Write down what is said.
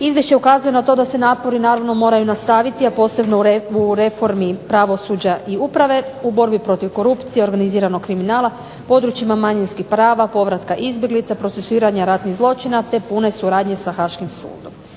Izvješće ukazuje na to da se napori naravno moraju nastaviti, a posebno u reformi pravosuđa i uprave, u borbi protiv korupcije i organiziranog kriminala, u područjima manjinskih prava, povratka izbjeglica, procesuiranja ratnih zločina te pune suradnje sa Haškim sudom.